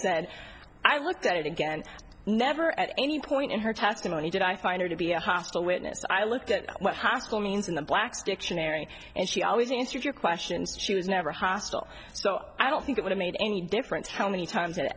said i looked at it again never at any point in her testimony did i find her to be a hostile witness i looked at what hostile means in the black's dictionary and she always answered your questions she was never hostile so i don't think it would've made any difference how many times i